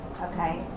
Okay